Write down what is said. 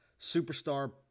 superstar